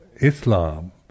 Islam